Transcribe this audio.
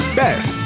best